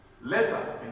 Later